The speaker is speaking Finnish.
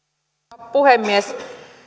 rouva puhemies